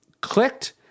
clicked